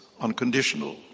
unconditional